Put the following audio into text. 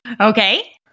Okay